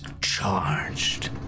charged